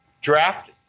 Draft